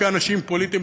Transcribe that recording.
כאנשים פוליטיים,